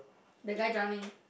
the guy drowning